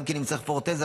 אם אתה נותן לו פרוטזה,